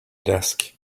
desk